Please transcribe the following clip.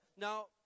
Now